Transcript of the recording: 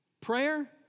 Prayer